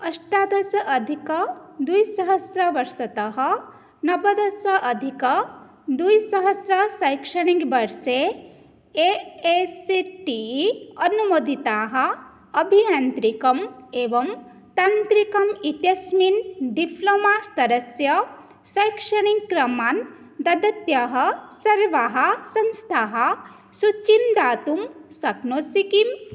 अष्टादशाधिकद्विसहस्रवर्षतः नवदशाधिकद्विसहस्रशैक्षणिकवर्षे A A C T E अनुमोदिताः अभियान्त्रिकम् एवं तान्त्रिकम् इत्यस्मिन् डिफ्लमा स्तरस्य शैक्षणिकक्रमान् ददत्याः सर्वाः सन्स्थाः सूचीं दातुं शक्नोषि किम्